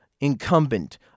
incumbent